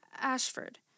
Ashford